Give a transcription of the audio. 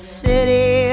city